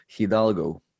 Hidalgo